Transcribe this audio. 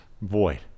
void